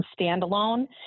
standalone